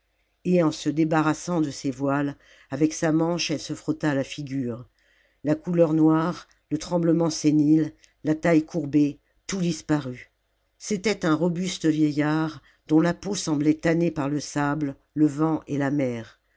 et en se débarrassant de ses voiles avec sa manche elle se frotta la figure la couleur noire le tremblement sénile la taille courbée tout disparut c'était un robuste vieillard dont la peau semblait tannée par le sable le vent et la mer